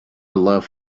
love